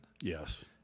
yes